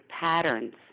patterns